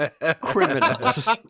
criminals